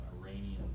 Iranian